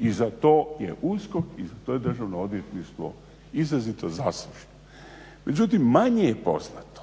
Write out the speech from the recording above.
I za to je USKOK i za to je Državno odvjetništvo izrazito zaslužno. Međutim manje je poznato,